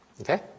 Okay